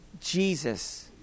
Jesus